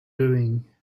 doing